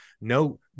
no